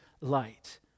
light